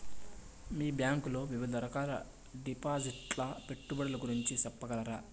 మీ bank లో వివిధ రకాల డిపాసిట్స్, పెట్టుబడుల గురించి సెప్పగలరా?